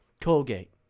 Colgate